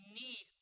need